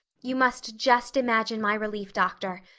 you must just imagine my relief, doctor,